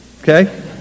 okay